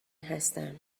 هستم